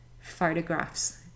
photographs